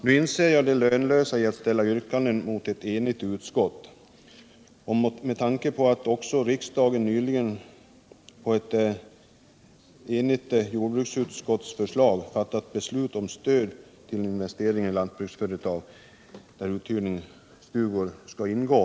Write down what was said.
Nu inser jag det lönlösa i att ställa yrkanden mot ett enigt utskott, inte minst med tanke på att riksdagen också nyligen på ett enigt jordbruksutskotts Nr 144 förslag fattat beslut om stöd till investeringar i lantbruksföretag, där Onsdagen den stuguthyrning skall ingå.